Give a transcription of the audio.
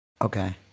Okay